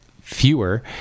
fewer